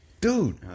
Dude